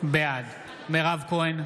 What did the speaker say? בעד מירב כהן,